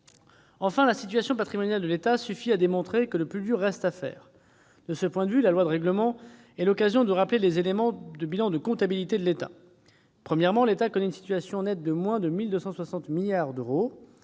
Enfin, la situation patrimoniale de l'État suffit à démontrer que le plus dur reste à faire. De ce point de vue, l'examen du projet de loi de règlement est l'occasion de rappeler les éléments de bilan de comptabilité de l'État. Premièrement, la situation nette de l'État est de moins 1 260 milliards d'euros.